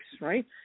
right